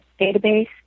database